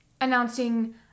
announcing